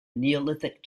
neolithic